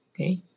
Okay